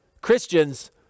Christians